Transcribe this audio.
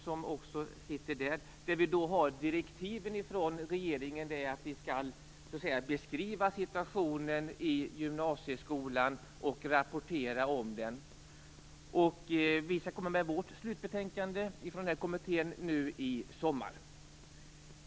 Denna kommitté har direktiv från regeringen att vi skall beskriva situationen i gymnasieskolan och rapportera om den. Vi skall komma med vårt slutbetänkande nu i sommar.